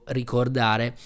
ricordare